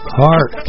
heart